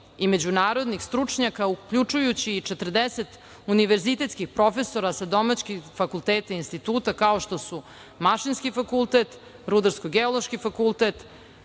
i međunarodnih stručnjaka, uključujući i 40 univerzitetskih profesora sa domaćih fakulteta, instituta kao što su Mašinski fakultet, Rudarsko-geološki fakultet,